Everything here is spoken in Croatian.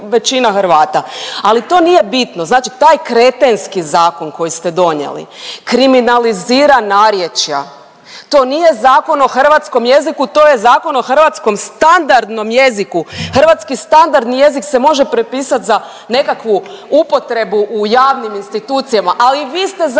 Ali to nije bitno. Znači taj kretenski zakon koji ste donijeli kriminalizira narječja, to nije Zakon o hrvatskom jeziku to je zakon o hrvatskom standardnom jeziku. Hrvatski standardni jezik se može prepisat za nekakvu upotrebu u javnim institucijama. Ali vi ste zabranili